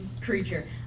creature